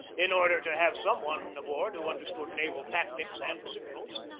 in order to have some one aboard who understood naval tactics and signals,